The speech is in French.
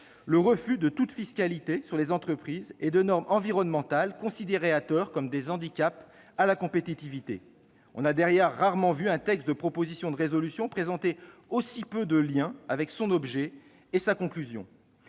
le refus de toute fiscalité pour les entreprises et de normes environnementales considérées, à tort, comme des handicaps à la compétitivité. On a d'ailleurs rarement vu une proposition de résolution présenter aussi peu de liens avec son objet et sa conclusion.